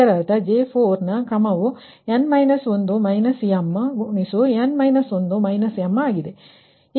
ಆದ್ದರಿಂದ ಇದರ ಅರ್ಥವೇನೆಂದರೆ J4 ನ ಕ್ರಮವು ಆಗಿದೆ